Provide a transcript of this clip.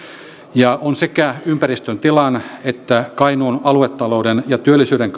ja on sekä ympäristön tilan että kainuun aluetalouden ja työllisyyden